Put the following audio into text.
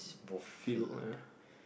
feel on a